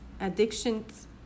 addictions